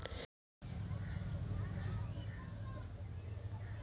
मखानक बीज़ क अंकुरन क लेल कोन नियम क पालन करब निक होयत अछि?